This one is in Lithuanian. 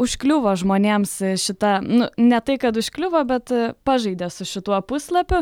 užkliūva žmonėms šita nu ne tai kad užkliuvo bet pažaidė su šituo puslapiu